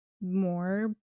more